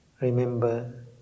remember